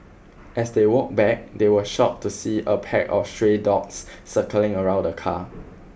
as they walked back they were shocked to see a pack of stray dogs circling around the car